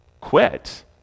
quit